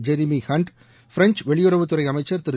Jeremy Hunt French வெளியுறவுத்துறை அமைச்சர் திரு